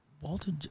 Walter